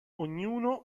ognuno